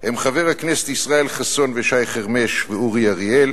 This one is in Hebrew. הם חברי הכנסת ישראל חסון, שי חרמש ואורי אריאל